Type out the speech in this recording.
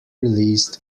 released